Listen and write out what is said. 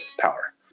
power